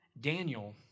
Daniel